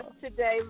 today